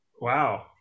Wow